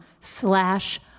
slash